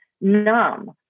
numb